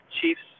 Chiefs